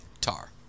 tar